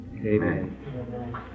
Amen